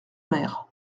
mer